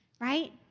right